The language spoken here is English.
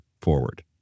forward